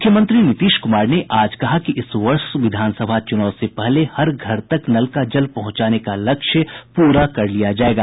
मुख्यमंत्री नीतीश कुमार ने आज कहा कि इस वर्ष विधानसभा चुनाव से पहले हर घर तक नल का जल पहुंचाने का लक्ष्य प्रा कर लिया जायेगा